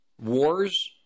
wars